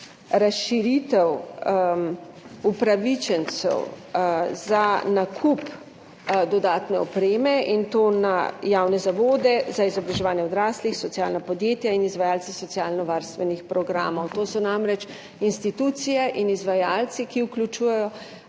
razširitev upravičencev za nakup dodatne opreme, in to na javne zavode za izobraževanje odraslih, socialna podjetja in izvajalce socialno varstvenih programov. To so namreč institucije in izvajalci, ki vključujejo